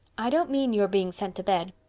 i don't mean your being sent to bed.